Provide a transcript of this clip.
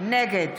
נגד